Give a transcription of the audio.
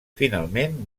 finalment